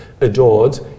adored